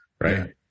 right